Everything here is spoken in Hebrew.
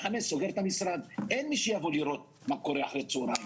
17:00 סוגר את המשרד ואין מיש בא לראות מה קורה אחר הצוהריים.